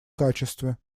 качестве